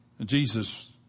Jesus